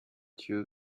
two